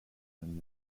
and